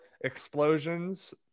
explosions